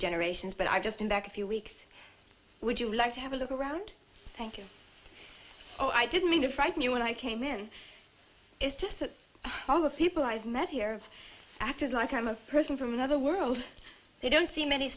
generations but i've just been back a few weeks would you like to have a look around thank you oh i didn't mean to frighten you when i came in it's just that all the people i've met here acted like i'm a person from another world they don't see many